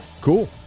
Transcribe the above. Cool